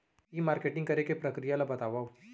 ई marketing करे के प्रक्रिया ला बतावव?